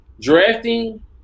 drafting